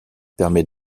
permet